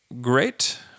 great